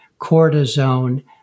cortisone